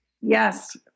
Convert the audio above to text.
Yes